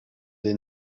they